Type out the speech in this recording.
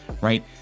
right